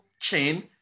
chain